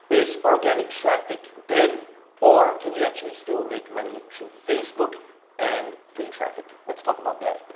is organic traffic dead or can you actually still make money through facebook and free traffic? let's talk about that.